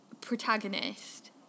protagonist